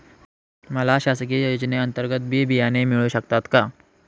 मला शासकीय योजने अंतर्गत बी बियाणे मिळू शकतात का?